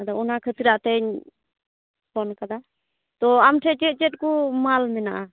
ᱟᱫᱚ ᱚᱱᱟ ᱠᱷᱟᱹᱛᱤᱨᱟᱛᱮᱧ ᱯᱷᱳᱱ ᱠᱟᱫᱟ ᱛᱚ ᱟᱢᱴᱷᱮᱱ ᱪᱮᱫ ᱪᱮᱫ ᱠᱚ ᱢᱟᱞ ᱢᱮᱱᱟᱜᱼᱟ